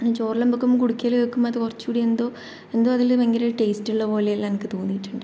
ചോറെല്ലാം വയ്ക്കുമ്പോൾ കുടുക്കയിൽ വയ്ക്കുമ്പോൾ അത് കുറച്ചുകൂടി എന്തോ എന്തോ അതിൽ ഭയങ്കര ടേസ്റ്റ് ഉള്ളത് പോലെയെല്ലാം എനിക്ക് തോന്നിയിട്ടുണ്ട്